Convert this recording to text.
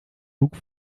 hoek